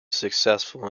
successful